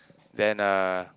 then uh